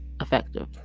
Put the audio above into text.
effective